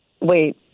Wait